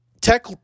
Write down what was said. Tech